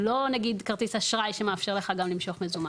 לא, נגיד, כרטיס אשראי שמאפשר לך גם למשוך מזומן.